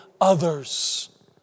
others